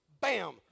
bam